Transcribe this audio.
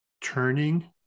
turning